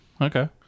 Okay